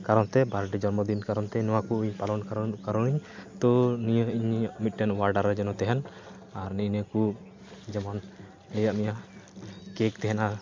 ᱠᱟᱨᱚᱱᱛᱮ ᱵᱟᱨᱰᱮ ᱡᱚᱱᱢᱚᱫᱤᱱ ᱠᱟᱨᱚᱱᱛᱮ ᱱᱚᱣᱟᱠᱚ ᱤᱧ ᱠᱟᱨᱚᱱ ᱠᱟᱨᱚᱱ ᱠᱟᱨᱚᱱ ᱛᱚ ᱱᱤᱭᱟᱹ ᱤᱧᱟᱹᱜ ᱢᱤᱫᱴᱮᱱ ᱳᱣᱟᱰᱟᱨᱮ ᱡᱮᱱᱚ ᱛᱟᱦᱮᱱ ᱟᱨ ᱱᱤᱼᱱᱤᱭᱟᱹᱠᱚ ᱡᱮᱢᱚᱱ ᱞᱟᱹᱭᱟᱫ ᱢᱮᱭᱟ ᱠᱮᱠ ᱛᱟᱦᱮᱱᱟ